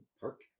Park